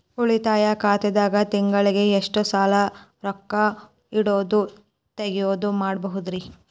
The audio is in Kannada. ಉಳಿತಾಯ ಖಾತೆದಾಗ ತಿಂಗಳಿಗೆ ಎಷ್ಟ ಸಲ ರೊಕ್ಕ ಇಡೋದು, ತಗ್ಯೊದು ಮಾಡಬಹುದ್ರಿ?